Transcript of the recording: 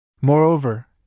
Moreover